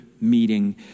meeting